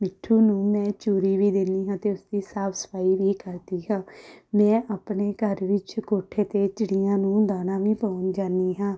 ਮਿੱਠੂ ਨੂੰ ਮੈਂ ਚੂਰੀ ਵੀ ਦਿੰਦੀ ਹਾਂ ਅਤੇ ਉਸਦੀ ਸਾਫ ਸਫਾਈ ਵੀ ਕਰਦੀ ਹਾਂ ਮੈਂ ਆਪਣੇ ਘਰ ਵਿੱਚ ਕੋਠੇ 'ਤੇ ਚਿੜੀਆਂ ਨੂੰ ਦਾਣਾ ਵੀ ਪਾਉਣ ਜਾਂਦੀ ਹਾਂ